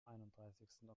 einunddreißigsten